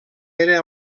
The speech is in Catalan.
era